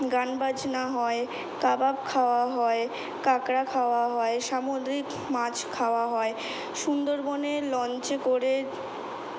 গান বাজনা হয় কাবাব খাওয়া হয় কাঁকড়া খাওয়া হয় সামুদ্রিক মাছ খাওয়া হয় সুন্দরবনে লঞ্চে করে